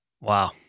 Wow